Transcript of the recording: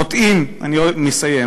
הם חוטאים, אני מסיים.